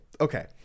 Okay